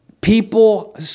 people